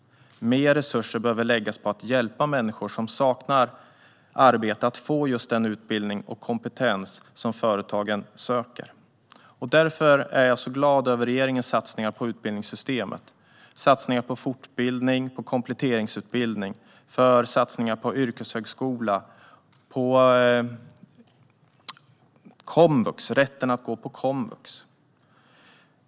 Mer resurser behöver läggas på att hjälpa människor som saknar arbete att få den utbildning och kompetens som företagen söker. Därför är jag glad över regeringens satsningar på utbildningssystemet. Det är satsningar på fortbildning, kompletteringsutbildning, yrkeshögskola och komvux - rätten att gå på komvux.